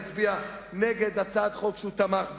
יצביע נגד הצעת חוק שהוא תמך בה.